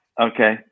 Okay